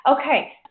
Okay